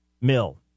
mill